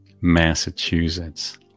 Massachusetts